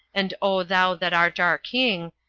and o thou that art our king,